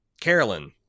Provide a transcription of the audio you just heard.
Carolyn